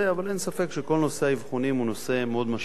אבל אין ספק שכל נושא האבחונים הוא נושא מאוד משמעותי.